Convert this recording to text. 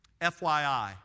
FYI